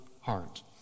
heart